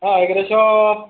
ആ ഏകദേശം